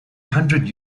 hundred